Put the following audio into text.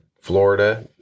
Florida